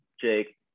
Jake